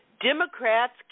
Democrats